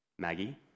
Maggie